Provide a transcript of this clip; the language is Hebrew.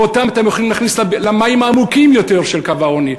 ואותם אתם הולכים להכניס למים העמוקים יותר של קו העוני,